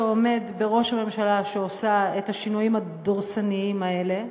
שעומד בראש הממשלה שעושה את השינויים הדורסניים האלה,